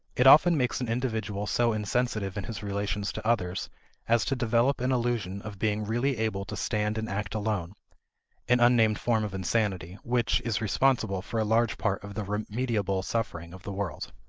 it often makes an individual so insensitive in his relations to others as to develop an illusion of being really able to stand and act alone an unnamed form of insanity which is responsible for a large part of the remediable suffering of the world.